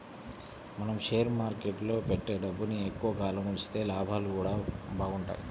మనం షేర్ మార్కెట్టులో పెట్టే డబ్బుని ఎక్కువ కాలం ఉంచితే లాభాలు గూడా బాగుంటయ్